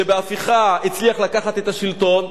שבהפיכה הצליח לקחת את השלטון.